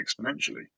exponentially